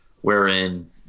wherein